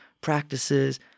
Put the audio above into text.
practices